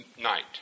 night